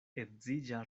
edziĝa